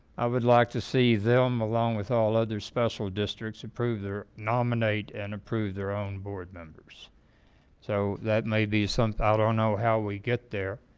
i would like to see them along with all other special districts approve their nominate and approve their own board members so that may be something i don't know how we get there